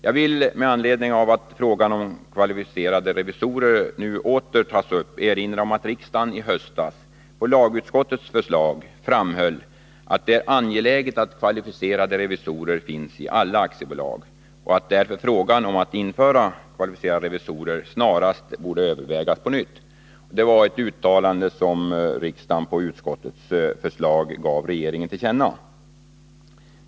Jag vill med anledning av att frågan om kvalificerade revisorer nu åter tas upp erinra om att riksdagen i höstas på lagutskottets förslag framhöll att det är angeläget att kvalificerade revisorer finns i alla aktiebolag och att därför frågan om att införa kvalificerade revisorer snarast bör övervägas på nytt. Det var ett uttalande som riksdagen på utskottets förslag gav regeringen till känna.